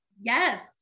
Yes